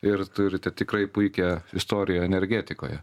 ir turite tikrai puikią istoriją energetikoje